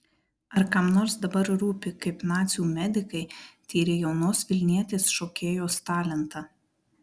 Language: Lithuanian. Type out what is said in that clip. ar kam nors dabar rūpi kaip nacių medikai tyrė jaunos vilnietės šokėjos talentą